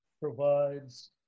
provides